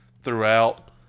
throughout